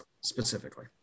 specifically